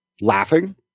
laughing